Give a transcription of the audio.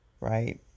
right